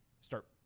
start